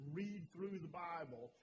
read-through-the-Bible